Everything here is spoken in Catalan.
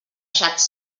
xats